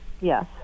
yes